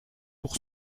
pour